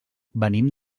venim